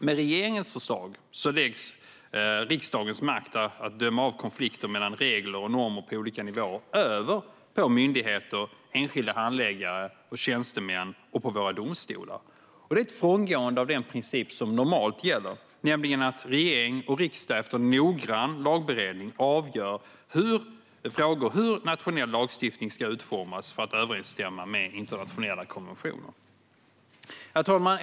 Med regeringens förslag läggs riksdagens makt att döma av konflikter mellan regler och normer på olika nivåer över på myndigheter, enskilda handläggare och tjänstemän samt på våra domstolar. Det är ett frångående av den princip som normalt gäller, nämligen att regering och riksdag efter noggrann lagberedning avgör frågor om hur nationell lagstiftning ska utformas för att överensstämma med internationella konventioner. Herr talman!